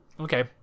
Okay